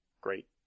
great